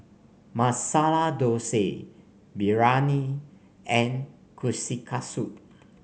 Masala Dosa Biryani and Kushikatsu